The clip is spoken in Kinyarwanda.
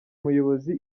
umuyobozi